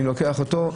אני לוקח אותו,